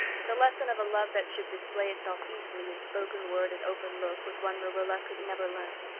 the lesson of a love that should display itself easily in spoken word and open look was one marilla could never learn.